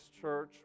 church